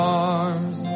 arms